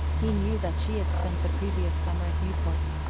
he knew that she had spent the previous summer at newport,